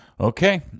Okay